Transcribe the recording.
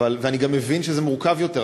ואני גם מבין שזה מורכב יותר,